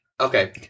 okay